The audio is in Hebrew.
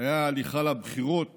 היה ההליכה לבחירות